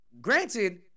granted